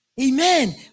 Amen